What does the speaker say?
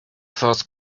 first